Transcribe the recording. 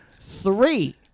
three